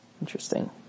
interesting